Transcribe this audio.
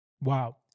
Wow